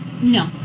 No